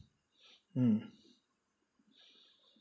mm